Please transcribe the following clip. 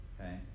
okay